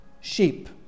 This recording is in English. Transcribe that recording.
sheep